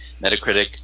Metacritic